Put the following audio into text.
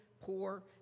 poor